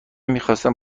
میخواستم